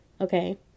Okay